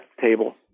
table